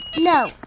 no!